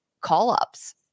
call-ups